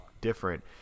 different